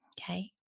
Okay